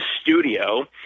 studio